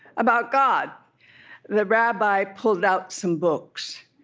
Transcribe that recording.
about god the rabbi pulled out some books.